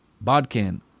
bodkin